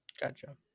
Gotcha